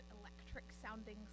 electric-sounding